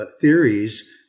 theories